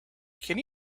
can